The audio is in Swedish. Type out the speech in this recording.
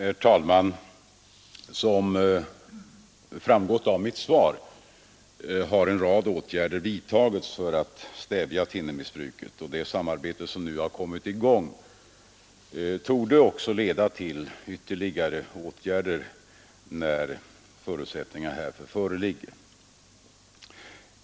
Herr talman! Som framgått av mitt svar har en rad åtgärder vidtagits för att stävja thinnermissbruket. Det samarbete som nu har kommit i gång torde också leda till ytterligare åtgärder när förutsättningar härför föreligger.